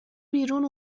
بیرون